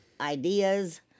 ideas